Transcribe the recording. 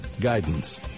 guidance